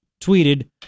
tweeted